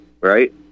right